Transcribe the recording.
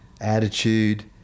attitude